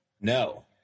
No